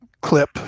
clip